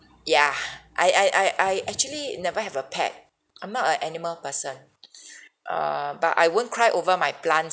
yeah I I I I actually never have a pet I'm not a animal person err but I won't cry over my plants